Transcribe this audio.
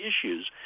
issues